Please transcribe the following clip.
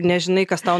nežinai kas tau